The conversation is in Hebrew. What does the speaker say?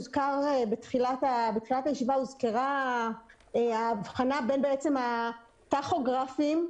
בתחילת הישיבה הוזכרה ההבחנה בין הטכוגרפים,